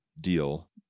Deal